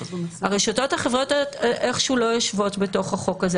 הרשתות החברתיות איך שהוא לא יושבות בתוך החוק הזה.